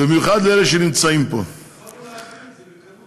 אני מודה לך.